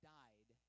died